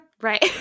Right